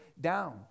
down